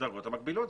בדרגות המקבילות.